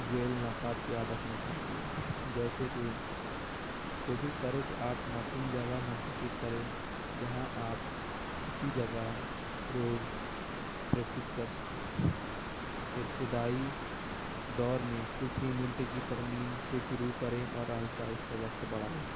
ذیل نقاط یاد رکھنی چاہیے جیسے کہ کوشش کریں کہ آپ مکین جگہ منتخب کریں جہاں آپ اسی جگہ روز پریکٹس کر سکیں ابتدائی دور میں کچھ ہی منٹ کی ترمیم سے شروع کریں اور آہستہ آہستہ وقت بڑھائیں